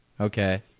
Okay